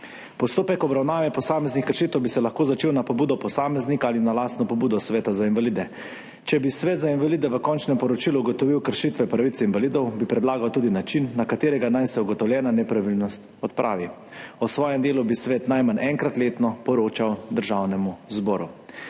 Postopek obravnave posameznih kršitev bi se lahko začel na pobudo posameznika ali na lastno pobudo sveta za invalide. Če bi svet za invalide v končnem poročilu ugotovil kršitve pravice invalidov, bi predlagal tudi način, na katerega naj se ugotovljena nepravilnost odpravi. O svojem delu bi svet najmanj enkrat letno poročal Državnemu zboru.